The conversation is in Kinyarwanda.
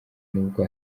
nubwo